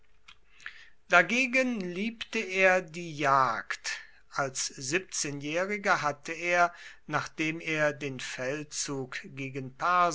dagegen liebte er die jagd als siebzehnjähriger hatte er nachdem er den feldzug gegen